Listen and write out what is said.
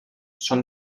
són